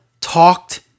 talked